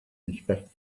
inspect